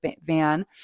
van